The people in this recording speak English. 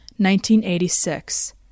1986